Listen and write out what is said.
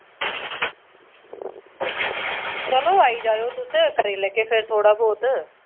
आं आई जायो तुस फिर करी लैगे थोह्ड़ा बहुत